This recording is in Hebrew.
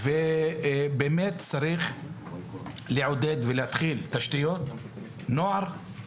באמת צריך לעודד ולהתחיל תשתיות, נוער.